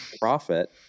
profit